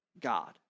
God